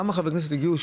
כמה חברי כנסת הגיעו,